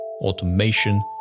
automation